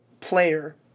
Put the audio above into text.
player